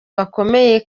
bakomeye